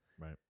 Right